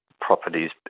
properties